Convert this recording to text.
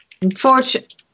Unfortunately